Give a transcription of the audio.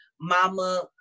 Mama